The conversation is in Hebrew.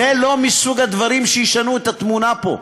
זה לא מסוג הדברים שישנו את התמונה פה.